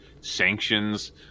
sanctions